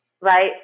right